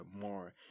more